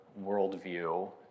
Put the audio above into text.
worldview